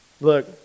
Look